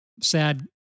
sad